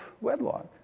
wedlock